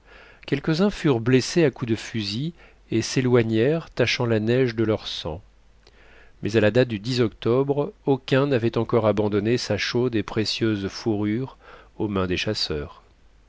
quelques-uns furent blessés à coups de fusil et s'éloignèrent tachant la neige de leur sang mais à la date du octobre aucun n'avait encore abandonné sa chaude et précieuse fourrure aux mains des chasseurs